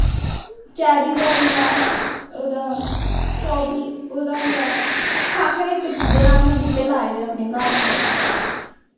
cherry दा होइया ओह्दा स्टावरी ओह्दा आइया हर इक चीजे दे बूह्टे लाए दे असैं अपने घर